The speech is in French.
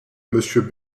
monsieur